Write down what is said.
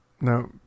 No